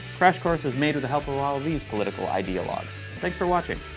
crash course was made with the help of all these political ideologues. thanks for watching!